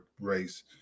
race